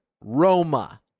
Roma